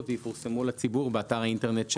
ויפורסמו לציבור באתר האינטרנט של המועצה.